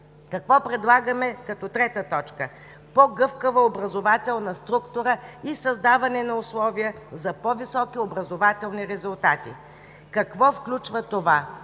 Какво предлагаме като трета точка? По-гъвкава образователна структура и създаване на условия за по-високи образователни резултати. Какво включва това?